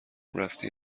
رفتی